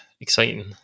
exciting